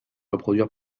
reproduire